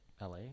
LA